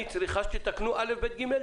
אני צריכה שתתקנו דברים מסוימים.